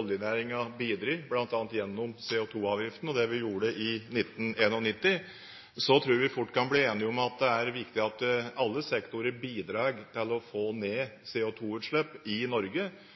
oljenæringen bidratt, bl.a. gjennom CO2-avgiften og det vi gjorde i 1991. Jeg tror vi fort kan bli enige om at det er viktig at alle sektorer bidrar til å få ned CO2-utslipp i Norge,